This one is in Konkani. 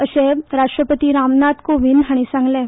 अर्शे राष्ट्रपती रामनाथ कोविंद हांणी सांगलें